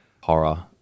horror